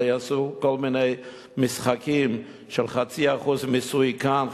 אלא יעשו כל מיני משחקים של חצי אחוז מיסוי כאן,